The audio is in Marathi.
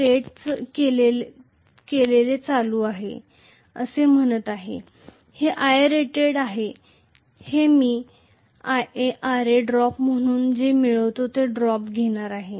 हे खरं तर मी हे रेट केलेले करंट आहे असे म्हणत आहे तर हे Iarated आहे मी IaRa ड्रॉप म्हणून जे मिळवितो ते ड्रॉप घेणार आहे